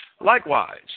Likewise